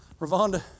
Ravonda